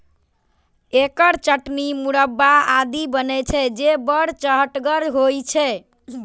एकर चटनी, मुरब्बा आदि बनै छै, जे बड़ चहटगर होइ छै